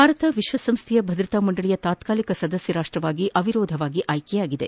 ಭಾರತ ವಿಶ್ವಸಂಸ್ಥೆಯ ಭದ್ರತಾ ಮಂಡಳಿಯ ತಾತ್ಕಾಲಿಕ ಸದಸ್ಯ ರಾಷ್ಟವಾಗಿ ಅವಿರೋಧವಾಗಿ ಆಯ್ತೆಯಾಗಿದೆ